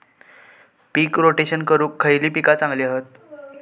पीक rotation करूक खयली पीका चांगली हत?